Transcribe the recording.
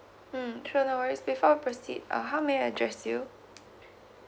mm sure no worries before I proceed uh how may I address you